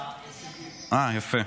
יפה.